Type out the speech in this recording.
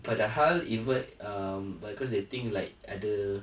got the hull invert um because they think like ada